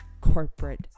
corporate